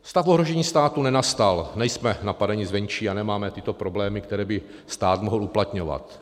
Stav ohrožení státu nenastal, nejsme napadeni zvenčí a nemáme tyto problémy, které by stát mohl uplatňovat.